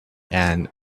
and